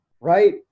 Right